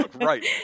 Right